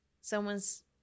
someone's